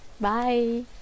Bye